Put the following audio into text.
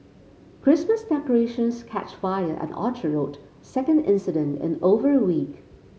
Christmas decorations catch fire at Orchard Rd second incident in over a week